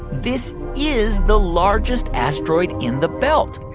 this is the largest asteroid in the belt.